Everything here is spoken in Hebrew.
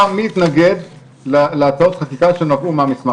תבדוק פעם מי התנגד להצעות החקיקה שנבעו מהמסמך הזה.